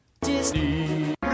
Disney